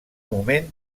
moment